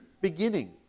beginning